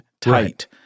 tight